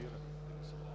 народни